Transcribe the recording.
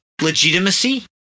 legitimacy